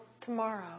tomorrow